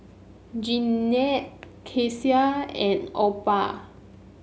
Jeannette Kecia and Opha